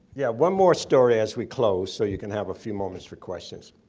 yeah one more story, as we close. so you can have a few moments for questions,